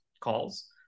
calls